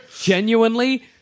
Genuinely